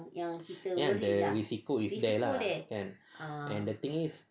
risiko there and the the thing is